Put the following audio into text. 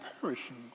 perishing